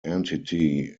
entity